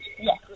Yes